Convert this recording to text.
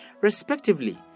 respectively